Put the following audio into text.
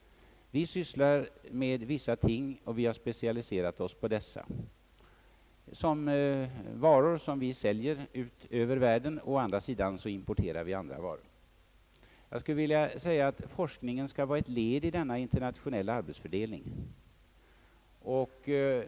= Vi sysslar med vissa ting, och vi har specialiserat oss på dessa såsom varor som vi säljer ut över världen. Å andra sidan importerar vi andra varor. Jag skulle vilja säga, att forskningen bör vara ett led i denna internationella arbetsfördelning.